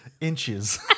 inches